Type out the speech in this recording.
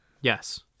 Yes